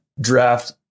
draft